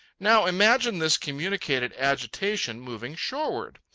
now imagine this communicated agitation moving shoreward.